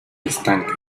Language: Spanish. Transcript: estanque